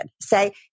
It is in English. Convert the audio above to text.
say